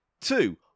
Two